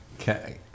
Okay